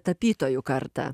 tapytojų kartą